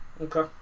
Okay